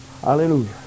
Hallelujah